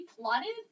plotted